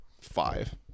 five